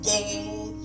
God